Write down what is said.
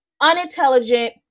unintelligent